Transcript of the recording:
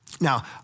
Now